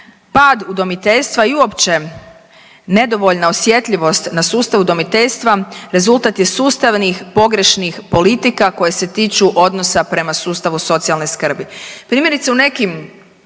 Pad udomiteljstva i uopće nedovoljna osjetljivost na sustav udomiteljstva rezultat je sustavnih pogrešnih politika koje se tiču odnosa prema sustavu socijalne skrbi.